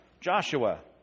Joshua